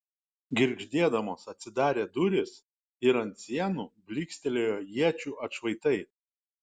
girgždėdamos atsidarė durys ir ant sienų blykstelėjo iečių atšvaitai